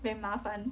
very 麻烦